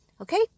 Okay